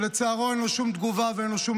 שלצערו אין לו שום תגובה ואין לו שום